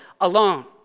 alone